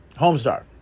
Homestar